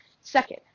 Second